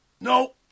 No